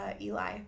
Eli